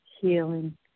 healing